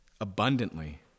abundantly